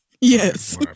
Yes